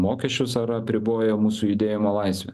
mokesčius ar apribojo mūsų judėjimo laisvę